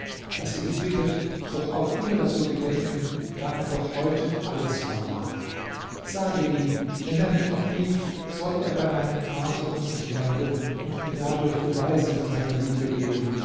daß sie ihn bittet doch auch ihrer zu gedenken da er doch heute alles vermag sage ihm wenn er mich noch liebt so soll er bei meinem vater um mich werben und mir dadurch beweise von seiner liebe geben